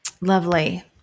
Lovely